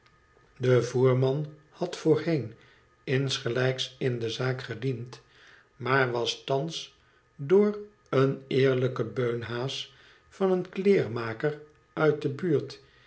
die voerman had voorheen insgelijks in de zaak gediend maar was thans door een eerlijken beunhaas van een kleermaker uit de buurt